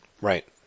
Right